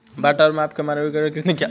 बाट और माप का मानकीकरण किसने किया?